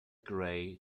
gray